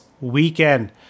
weekend